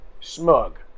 Smug